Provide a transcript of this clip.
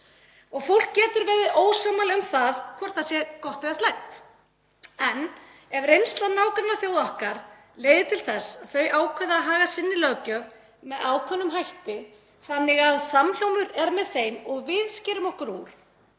Fólk getur verið ósammála um það hvort það sé gott eða slæmt. En ef reynsla nágrannaþjóða okkar leiðir til þess að þau ákveða að haga sinni löggjöf með ákveðnum hætti þannig að samhljómur er með þeim og við skerum okkur úr,